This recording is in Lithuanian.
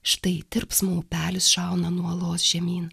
štai tirpsmo upelis šauna nuo uolos žemyn